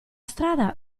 strada